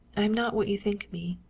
i am not what you think me.